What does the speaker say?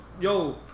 yo